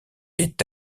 est